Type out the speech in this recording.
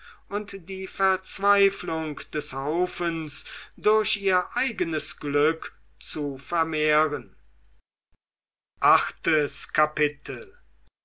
und die verzweiflung des haufens durch ihr eigenes glück zu vermehren achtes kapitel